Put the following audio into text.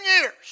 years